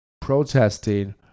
protesting